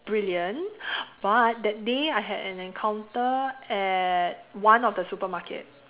brilliant but that day I had an encounter at one of the supermarket